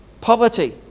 Poverty